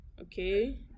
Okay